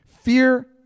Fear